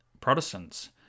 Protestants